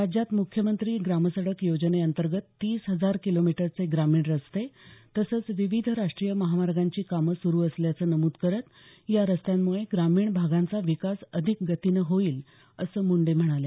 राज्यात मुख्यमंत्री ग्रामसडक योजनेअंतर्गत तीस हजार किलोमीटरचे ग्रामीण रस्ते तसंच विविध राष्टीय महामार्गांची कामं सुरू असल्याचं नमूद करत या रस्त्यांमुळे ग्रामीण भागांचा विकास अधिक गतीन होईल असं मुंडे म्हणाल्या